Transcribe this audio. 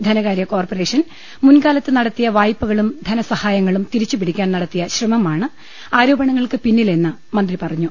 ധനകാര്യ കോർപ്പറേഷൻ മുൻകാലത്ത് നൽകിയ വായ്പകളും ധനസഹായങ്ങളും തിരിച്ചുപിടിക്കാൻ നട ത്തിയ ശ്രമമാണ് ആരോപണങ്ങൾക്ക് പിന്നിലെന്ന് മന്ത്രി പറഞ്ഞു